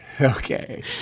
Okay